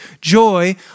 joy